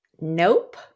nope